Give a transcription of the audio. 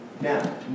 Now